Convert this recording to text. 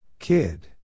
Kid